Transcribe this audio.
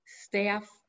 staff